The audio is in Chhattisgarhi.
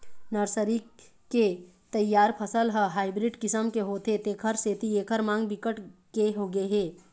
नर्सरी के तइयार फसल ह हाइब्रिड किसम के होथे तेखर सेती एखर मांग बिकट के होगे हे